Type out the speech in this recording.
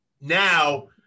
Now